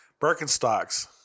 Birkenstocks